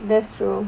that's true